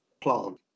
plant